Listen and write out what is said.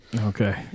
Okay